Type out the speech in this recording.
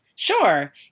Sure